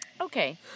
Okay